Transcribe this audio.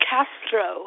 Castro